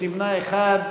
לא נתקבלה.